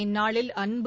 இந்நாளில் அன்பு